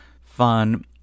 fun